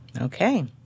Okay